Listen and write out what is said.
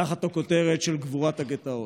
תחת הכותרת של גבורת הגטאות.